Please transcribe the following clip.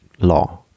law